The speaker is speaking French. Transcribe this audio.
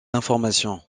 informations